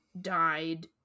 died